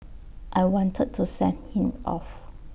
I wanted to send him off